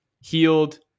healed